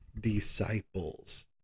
disciples